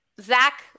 Zach